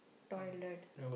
toilet